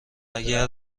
اگر